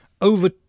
Over